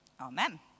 amen